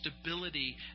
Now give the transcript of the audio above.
stability